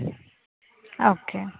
okay